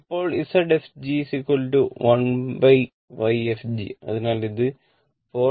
ഇപ്പോൾ Zfg1Yfg അതിനാൽ ഇത് 4